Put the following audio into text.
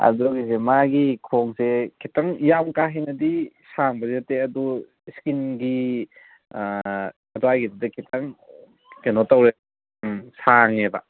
ꯑꯗꯨꯒꯤꯁꯦ ꯃꯥꯒꯤ ꯈꯣꯡꯁꯦ ꯈꯤꯇꯪ ꯌꯥꯝ ꯀꯥ ꯍꯦꯟꯅꯗꯤ ꯁꯥꯡꯕꯗꯤ ꯅꯠꯇꯦ ꯑꯗꯣ ꯏꯁꯀꯤꯟꯒꯤ ꯑꯗꯨꯋꯥꯏꯒꯤꯗꯨꯗ ꯈꯤꯇꯪ ꯀꯩꯅꯣ ꯇꯧꯔꯦ ꯁꯥꯡꯉꯦꯕ